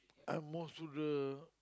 I most to the